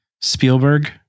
Spielberg